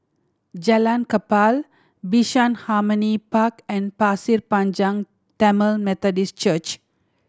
Jalan Kapal Bishan Harmony Park and Pasir Panjang Tamil Methodist Church